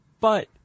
but-